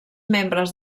membres